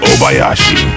Obayashi